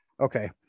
Okay